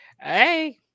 hey